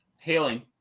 hailing